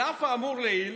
על אף האמור לעיל,